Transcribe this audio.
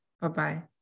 Bye-bye